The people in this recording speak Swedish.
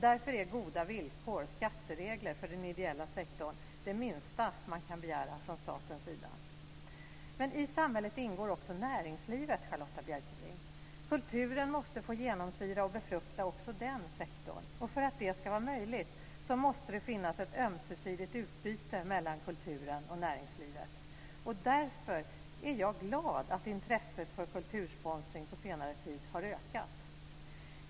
Därför är goda villkor och skatteregler för den ideella sektorn det minsta man kan begära från statens sida. I samhället ingår också näringslivet, Charlotta Bjälkebring. Kulturen måste få genomsyra och befrukta också den sektorn. För att det ska vara möjligt måste det finns ett ömsesidigt utbyte mellan kulturen och näringslivet. Därför är jag glad att intresset för kultursponsring har ökat på senare tid.